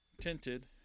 tinted